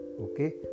Okay